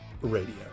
radio